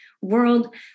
world